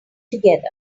together